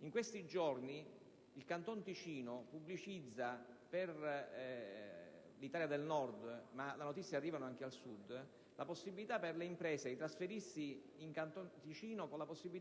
In questi giorni il Canton Ticino pubblicizza nell'Italia del Nord - ma le notizie arrivano anche al Sud - la possibilità per le imprese di trasferirsi in Canton Ticino